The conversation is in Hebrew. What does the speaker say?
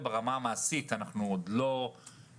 אבל ברמה המעשית אנחנו עוד לא שם.